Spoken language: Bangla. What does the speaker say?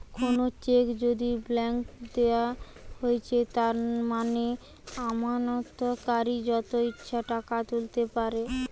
কোনো চেক যদি ব্ল্যাংক দেওয়া হৈছে তার মানে আমানতকারী যত ইচ্ছে টাকা তুলতে পাইরে